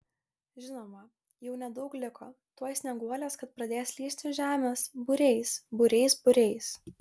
žinoma jau nedaug liko tuoj snieguolės kad pradės lįsti iš žemės būriais būriais būriais